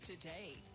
today